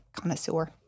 connoisseur